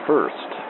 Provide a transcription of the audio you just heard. First